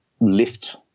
lift